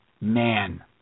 Man